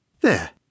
There